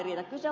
mutta ed